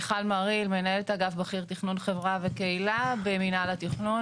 מיכל מריל מנהלת אגף בכיר תכנון חברה וקהילה במינהל התכנון.